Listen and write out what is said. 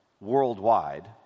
worldwide